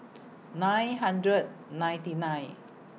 nine hundred ninety nine